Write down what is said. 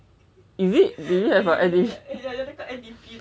is it is it that for N_D_P